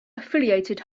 affiliated